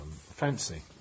fancy